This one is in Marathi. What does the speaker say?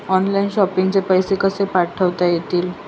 ऑनलाइन शॉपिंग चे पैसे कसे पाठवता येतील?